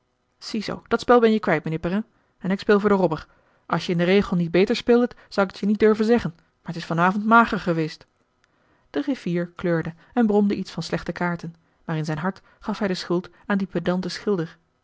zoo dat spel ben je kwijt mijnheer perrin en ik speel voor den robber als je in den regel niet beter speeldet zou ik t je niet durven zeggen maar t is van avond mager geweest marcellus emants een drietal novellen de griffier kleurde en bromde iets van slechte kaarten maar in zijn hart gaf hij de schuld aan dien pedanten schilder